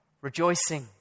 rejoicing